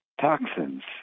toxins